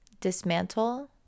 dismantle